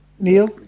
Neil